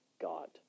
God